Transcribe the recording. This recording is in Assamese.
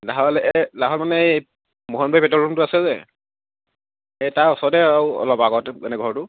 লাহোৱাল এই লাহোৱাল মানে এই মোহনবাৰী পেট্ৰল ৰুমটো আছে যে এই তাৰ ওচৰতে আৰু অলপ আগতে মানে ঘৰটো